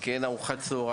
עם או בלי ארוחת צהרים,